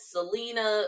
Selena